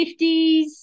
50s